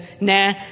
nah